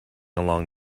along